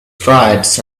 stripes